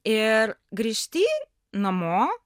ir grįžti namo